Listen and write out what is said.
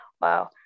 Wow